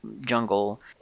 jungle